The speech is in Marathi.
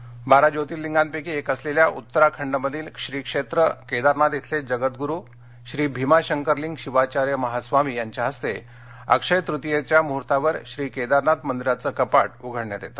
केदारनाथ नांदेड बारा ज्योर्तीलिंगापैकी एक असलेल्या उत्तराखंडमधील श्रीक्षेत्र केदारनाथ इथले जगदूरु श्री भीमाशंकरलिंग शिवाचार्य महास्वामी यांच्या हस्ते अक्षयतृतीयेच्या मुहूर्तावर श्री केदारनाथ मंदिराचे कपाट उघडण्यात येते